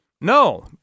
No